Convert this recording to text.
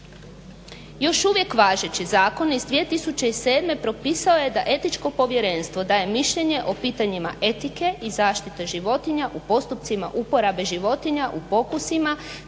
Još uvijek važeći zakon iz 2007. propisao je da Etičko povjerenstvo daje mišljenje o pitanjima etike i zaštite životinja u postupcima uporabe životinja u pokusima,